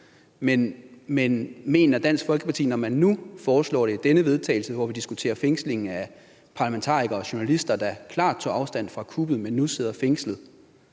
Men mener Dansk Folkeparti, når man nu foreslår det i dette forslag til vedtagelse, og hvor vi diskuterer fængsling af parlamentarikere og journalister, der klart tog afstand fra kuppet, men nu sidder fængslet,